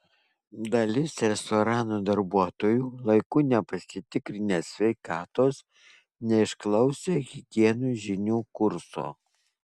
dalis restorano darbuotojų laiku nepasitikrinę sveikatos neišklausę higienos žinių kurso